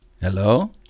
Hello